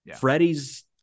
Freddie's